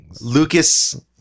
Lucas